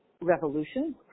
revolution